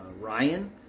Ryan